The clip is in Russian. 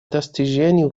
достижению